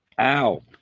Ow